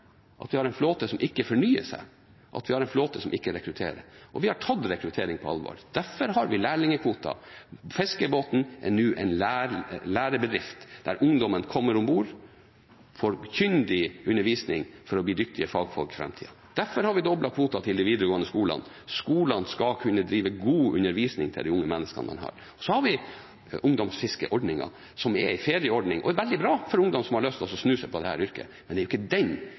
at vi har en flåte som ikke fornyer seg, at vi har en flåte som ikke rekrutterer. Vi har tatt rekruttering på alvor. Derfor har vi lærlingkvoter. Fiskebåten er nå en lærebedrift der ungdommen kommer om bord og får kyndig undervisning for å bli dyktige fagfolk i framtida. Derfor har vi doblet kvoten til de videregående skolene. Skolene skal kunne gi god undervisning til de unge menneskene. Ungdomsfiskeordningen er en ferieordning og veldig bra for ungdom som har lyst til å snuse på dette yrket, men det er jo ikke den